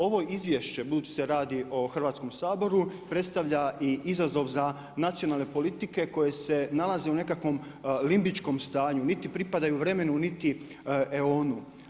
Ovo izvješće, budući se radi o Hrvatskom saboru predstavlja i izazov za nacionalne politike koje se nalaze u nekakvom limbičkom stanju, niti pripadaju vremenu, niti eonu.